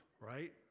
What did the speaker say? right